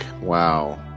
Wow